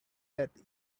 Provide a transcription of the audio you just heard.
that